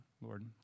Lord